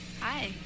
hi